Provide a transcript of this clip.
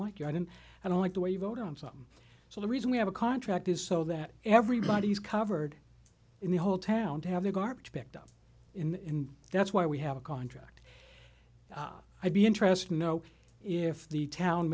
like you i didn't i don't like the way you vote on something so the reason we have a contract is so that everybody is covered in the whole town to have their garbage picked up in that's why we have a contract i'd be interested to know if the town